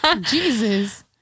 Jesus